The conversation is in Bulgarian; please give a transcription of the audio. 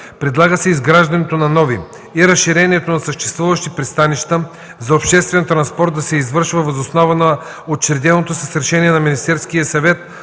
Предлага се изграждането на нови и разширението на съществуващи пристанища за обществен транспорт да се извършва въз основа на учредено с решение на Министерския съвет